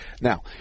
Now